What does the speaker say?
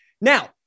Now